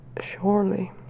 surely